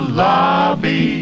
lobby